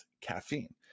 caffeine